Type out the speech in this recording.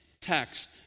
text